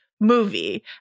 movie